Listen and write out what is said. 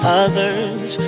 others